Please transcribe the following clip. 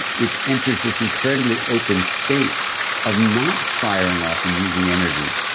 it enters this incredibly open state of not firing off and using energy,